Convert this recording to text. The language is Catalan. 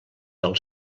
del